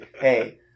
hey